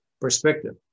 perspective